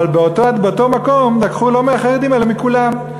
אבל באותו מקום לקחו לא מהחרדים אלא מכולם.